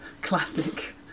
classic